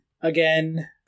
Again